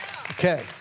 Okay